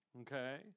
okay